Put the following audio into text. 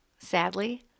sadly